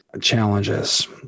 challenges